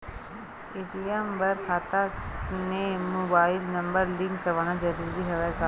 ATM बर खाता ले मुबाइल नम्बर लिंक करवाना ज़रूरी हवय का?